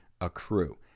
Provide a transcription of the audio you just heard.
accrue